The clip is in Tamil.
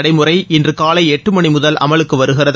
நடைமுறை இன்று காலை எட்டு மணி முதல் அமலுக்கு வருகிறது